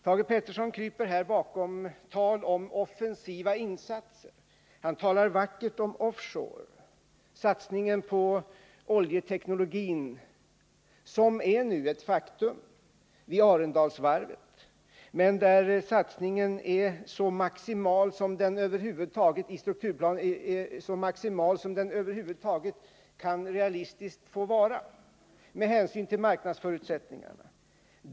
Thage Peterson kryper här bakom talet om offensiva insatser. Han talar vackert om offshore, satsningen på oljeteknologin, som nu är ett faktum vid Arendalsvarvet. Satsningen där är emellertid så maximal som det över huvud taget är realistiskt möjligt med hänsyn till marknadsförutsättningarna.